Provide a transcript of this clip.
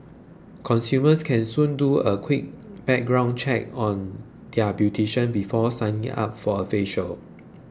consumers can soon do a quick background check on their beautician before signing up for a facial